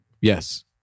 Yes